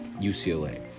UCLA